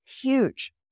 huge